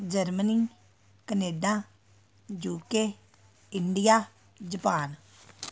Germany Canada UK India Japan